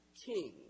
king